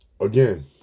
Again